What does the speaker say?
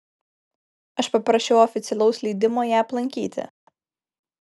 aš paprašiau oficialaus leidimo ją aplankyti